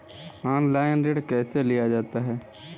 Online ऋण कैसे लिया जाता है?